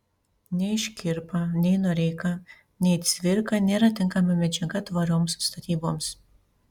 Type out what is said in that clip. nei škirpa nei noreika nei cvirka nėra tinkama medžiaga tvarioms statyboms